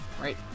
Right